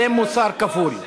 זה מוסר כפול.